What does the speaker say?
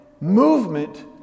movement